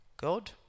God